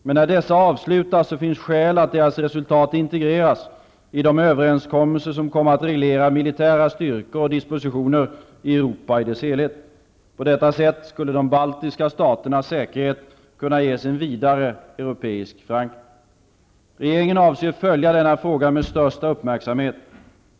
Men när de avslutats finns skäl att deras resultat integreras i de överenskommelser som kommer att reglera militära styrkor och dispositioner i Europa i dess helhet. På detta sätt skulle de baltiska staternas säkerhet kunna ges en vidare europeisk förankring. Regeringen avser följa denna fråga med största uppmärksamhet.